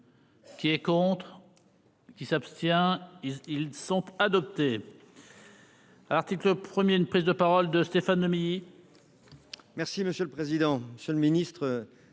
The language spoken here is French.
Qui est contre. Qui s'abstient. Ils sont adoptés. Article 1er une prise de parole de Stéphane Nomis.